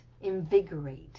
invigorate